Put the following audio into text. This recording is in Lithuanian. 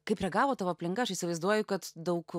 kaip reagavo tavo aplinka aš įsivaizduoju kad daug